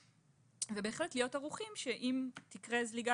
ובהחלט להיות ערוכים שאם תקרה זליגה